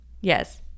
yes